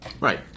Right